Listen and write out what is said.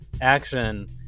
action